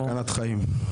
תוך סכנת חיים.